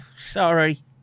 sorry